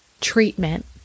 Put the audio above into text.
treatment